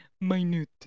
Minute